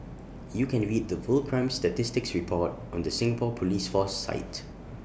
you can read the full crime statistics report on the Singapore Police force site